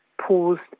paused